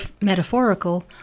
metaphorical